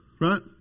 right